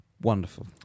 Wonderful